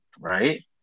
right